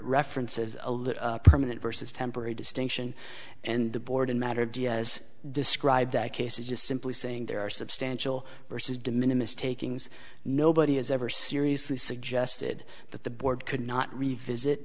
references a little permanent versus temporary distinction and the board in matter diaz described that case is just simply saying there are substantial versus de minimus takings nobody has ever seriously suggested that the board could not revisit